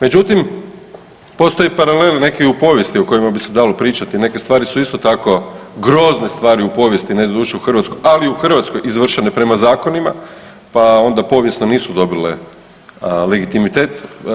Međutim postoji paralel neki u povijesti o kojima bi se dalo pričati, neke stvari su isto tako, grozne stvari u povijesti, ne doduše u Hrvatskoj, ali i u Hrvatskoj izvršene prema zakonima, pa onda povijesno nisu dobile legitimitet.